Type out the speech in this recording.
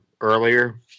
earlier